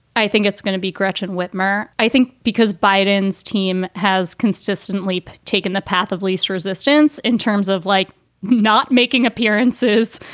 i think it's gonna be gretchen whitmer. i think because biden's team has consistently taken the path of least resistance in terms of like not making appearances,